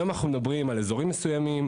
היום אנחנו מדברים על אזורים מסוימים,